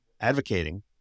advocating